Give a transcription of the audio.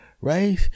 right